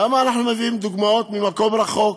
למה אנחנו מביאים דוגמאות ממקום רחוק?